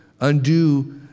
undo